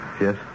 Yes